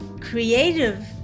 Creative